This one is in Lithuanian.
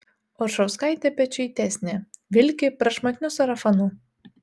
oršauskaitė pečiuitesnė vilki prašmatniu sarafanu